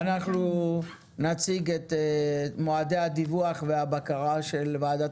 אנחנו נציג את מועדי הדיווח והבקרה של ועדת